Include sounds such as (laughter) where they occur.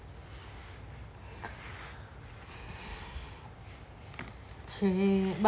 (breath) !chey!